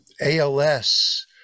ALS